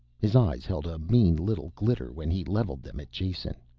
his eyes held a mean little glitter when he leveled them at jason.